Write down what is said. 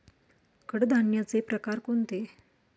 कडधान्याचे प्रकार कोणते?